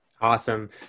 awesome